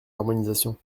harmonisation